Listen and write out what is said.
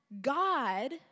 God